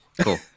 Cool